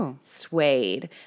suede